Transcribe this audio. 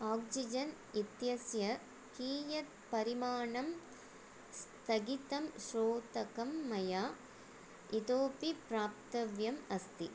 oxygen इत्यस्य कियत् परिमाणं स्थगितं श्रोतकं मया इतोऽपि प्राप्तव्यम् अस्ति